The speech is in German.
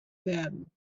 werden